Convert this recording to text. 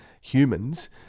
humans